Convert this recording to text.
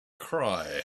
cry